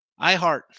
iHeart